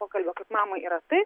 pokalbio kaip mamai yra tai